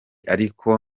ariko